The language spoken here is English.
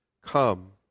Come